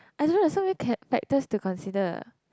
I don't know there's so many ca~ factors to consider